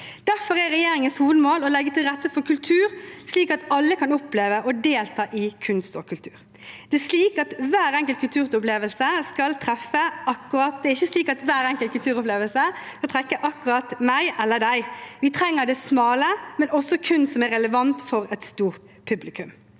Derfor er regjeringens hovedmål å legge til rette for at alle kan oppleve og delta i kunst og kultur. Det er ikke slik at hver enkelt kulturopplevelse skal treffe akkurat meg eller deg. Vi trenger det smale, men også kunst som er relevant for et stort publikum.